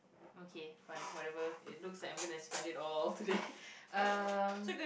okay fine whatever it looks like I'm gonna spend it all today um